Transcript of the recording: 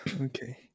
okay